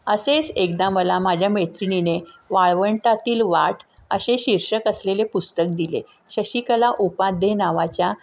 असेच एकदा मला माझ्या मैत्रिणीने वाळवंटातील वाट असे शीर्षक असलेले पुस्तक दिले शशिकला उपाध्ये नावाच्या